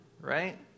Right